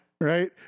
Right